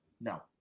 No